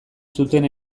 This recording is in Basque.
zuten